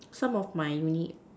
some of my uni